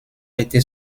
été